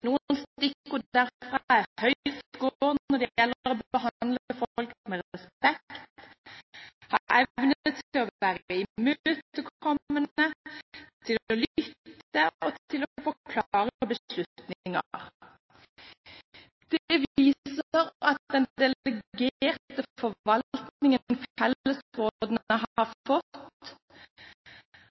Noen stikkord derfra er: høy score når det gjelder å behandle folk med respekt, ha evne til å være imøtekommende, lytte og forklare beslutninger. Det viser at den delegerte forvaltningen fellesrådene har fått,